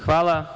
Hvala.